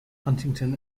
huntington